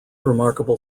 remarkable